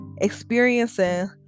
Experiencing